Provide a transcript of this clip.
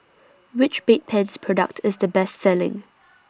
Which Bedpans Product IS The Best Selling